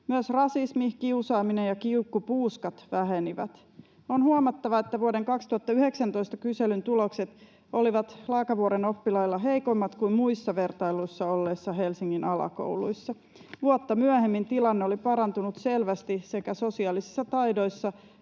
Myös rasismi, kiusaaminen ja kiukkupuuskat vähenivät. On huomattava, että vuoden 2019 kyselyn tulokset olivat Laakavuoren oppilailla heikommat kuin muissa vertailussa olleissa Helsingin alakouluissa. Vuotta myöhemmin tilanne oli parantunut selvästi sekä sosiaalisissa taidoissa